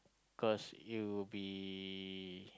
because you would be